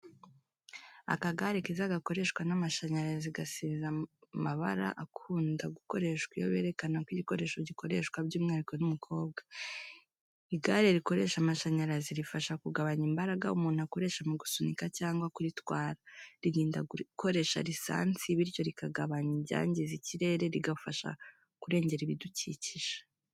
Akagare keza gakoreshwa n'amashanyarazi gasize amabara akunda gukoreshwa iyo berekana ko igikoresho gikoreshwa by'umwihariko n'umukobwa. Igare rikoresha amashanyarazi rifasha kugabanya imbaraga umuntu akoresha mu gusunika cyangwa kuritwara. Ririnda gukoresha lisansi, bityo rikagabanya ibyangiza ikirere, rigafasha kurengera ibidukikije.